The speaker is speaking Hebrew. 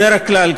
בדרך כלל,